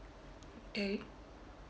eh